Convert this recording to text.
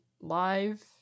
live